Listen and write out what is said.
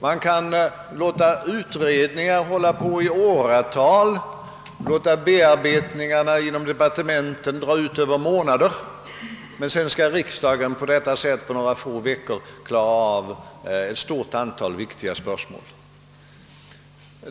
Man kan låta utredningar arbeta i åratal och låta bearbetningen inom departementen dra ut över månader, men sedan skall riksdagen på några veckor klara av ett stort antal viktiga spörsmål.